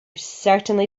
certainly